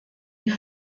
die